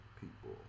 people